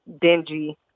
dingy